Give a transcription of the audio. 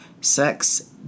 sex